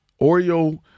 oreo